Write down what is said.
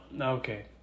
okay